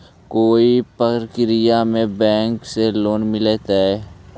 कोई परबिया में बैंक से लोन मिलतय?